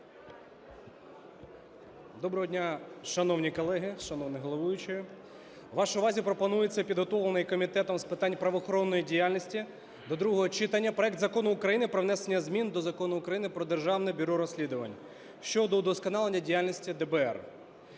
Доброго дня, шановні колеги, шановний головуючий! Вашій увазі пропонується підготовлений Комітетом з питань правоохоронної діяльності до другого читання проект Закону України про внесення змін до Закону України "Про Державне бюро розслідувань" щодо удосконалення діяльності ДБР.